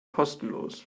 kostenlos